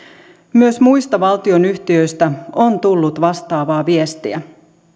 myös muista valtionyhtiöistä on tullut vastaavaa viestiä